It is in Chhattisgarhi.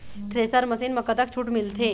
थ्रेसर मशीन म कतक छूट मिलथे?